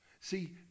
See